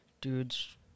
dudes